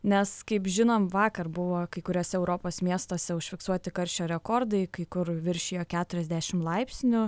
nes kaip žinom vakar buvo kai kuriuose europos miestuose užfiksuoti karščio rekordai kai kur viršijo keturiasdešimt laipsnių